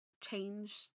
change